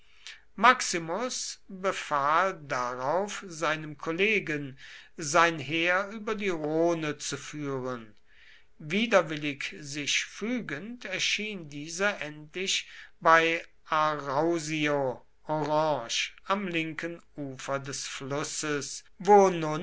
maximus befahl darauf seinem kollegen sein heer über die rhone zu führen widerwillig sich fügend erschien dieser endlich bei arausio orange am linken ufer des flusses wo